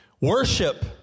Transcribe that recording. Worship